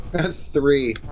Three